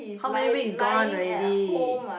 how many week gone already